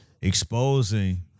exposing